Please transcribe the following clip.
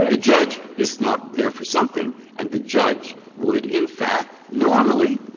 ah judge is not there for something, and the judge would, in fact, normally,